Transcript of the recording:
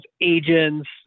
agents